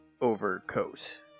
overcoat